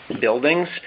buildings